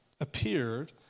appeared